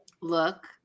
Look